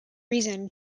reason